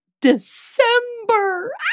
December